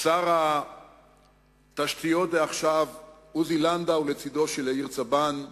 שר התשתיות דעכשיו עוזי לנדאו לצדו של יאיר צבן,